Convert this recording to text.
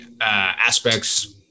aspects